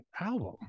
album